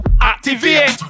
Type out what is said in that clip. Activate